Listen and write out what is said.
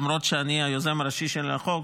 למרות שאני היוזם הראשי של החוק,